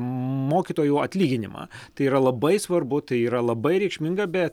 mokytojų atlyginimą tai yra labai svarbu tai yra labai reikšminga bet